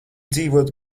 dzīvot